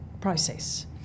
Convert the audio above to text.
process